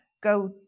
go